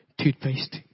toothpaste